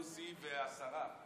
מוסי והשרה.